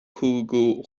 cúigiú